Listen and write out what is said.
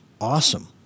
awesome